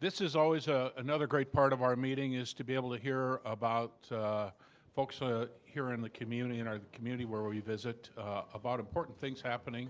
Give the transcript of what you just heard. this is always ah another great part of our meeting is to be able to hear about folks ah here in the community, in our community where where we visit about important things happening